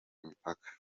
imipaka